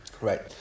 Right